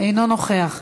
אינו נוכח.